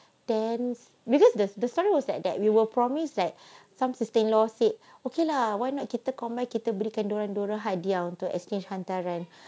then because the the story was that that we will promise that some sustain law said okay lah why not kita combine kita beli dorang dorang hadiah untuk exchange hantaran